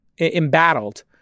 embattled